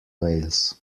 wales